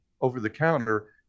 over-the-counter